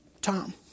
Tom